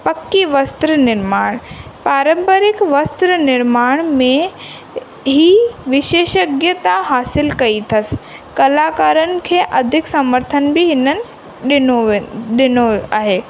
पकी वस्त्र निर्माण पारम्परिकु वस्त्र निर्माण में हीउ विशेषज्ञता हासिलु कई अथसि कलाकारनि खे अधिक समर्थन बि हिननि ॾिनो वियो ॾिनो आहे